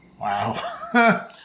Wow